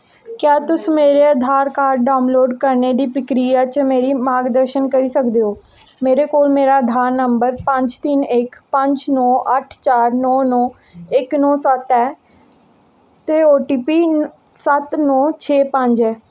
क्या तुस मेरा आधार कार्ड डाउनलोड करने दी प्रक्रिया च मेरा मार्गदर्शन करी सकदे ओ मेरे कोल मेरा आधार नंबर पंज तिन्न इक पंज नौ अट्ठ चार नौ नौ इक नौ सत्त ते ओ टी पी सत्त नौ छे पंज ऐ